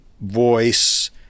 voice